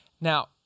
Now